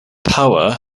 power